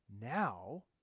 now